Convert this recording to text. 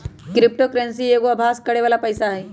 crypto currency एगो अभास करेके बला पइसा हइ